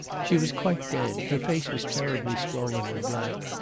she was quite dead. her face was terribly swollen and black,